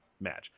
match